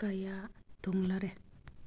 ꯀꯌꯥ ꯊꯨꯡꯂꯔꯦ